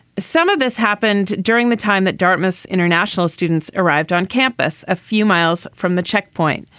some of this happened during the time that dartmouth international students arrived on campus a few miles from the checkpoint.